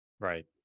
Right